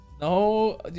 No